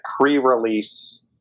pre-release